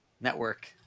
network